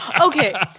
Okay